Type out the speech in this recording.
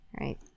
right